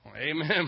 Amen